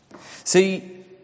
See